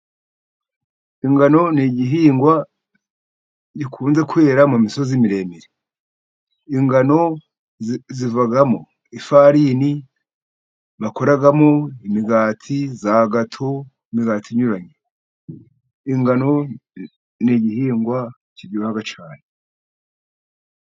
Ingano ni igihingwa gikunze kwera mu misozi miremire, ingano zivamo ifarini bakoramo imigati, za gato, imigati inyuranye, ingano ni igihingwa kiryoha cyane.